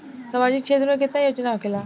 सामाजिक क्षेत्र में केतना योजना होखेला?